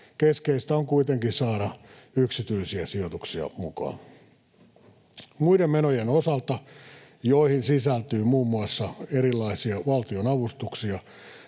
Keskeistä on kuitenkin saada yksityisiä sijoituksia mukaan. Muiden menojen osalta, joihin sisältyy muun muassa erilaisia valtionavustuksia,